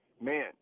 man